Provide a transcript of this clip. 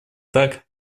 так